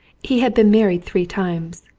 he had been married three times,